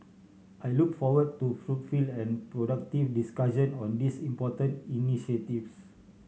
I look forward to and productive discussion on these important initiatives